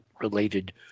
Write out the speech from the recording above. related